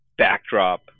Backdrop